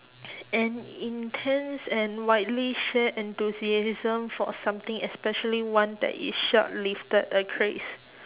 an intense and widely shared enthusiasm for something especially one that is short-lived a craze